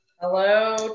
Hello